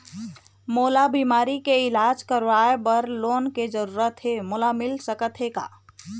मोला बीमारी के इलाज करवाए बर लोन के जरूरत हे मोला मिल सकत हे का?